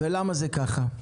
למה זה ככה?